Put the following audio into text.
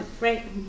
right